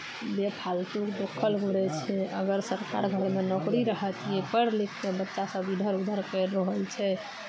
बेफालतूके बौखल घुरै छै अगर सरकार घरमे नौकरी रहत यए पढ़ि लिखि कऽ बच्चासभ इधर उधर करि रहल छै